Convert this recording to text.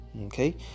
okay